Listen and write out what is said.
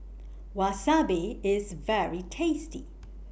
Wasabi IS very tasty